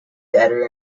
editor